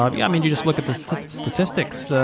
um yeah, i mean you just look at the statistics